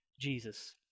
Jesus